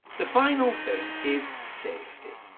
the final thing is safety.